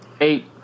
Eight